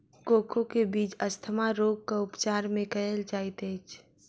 cocoa के बीज asthma रोगक उपचार मे कयल जाइत अछि